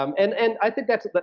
um and and i think that's,